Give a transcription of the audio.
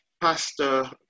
Pastor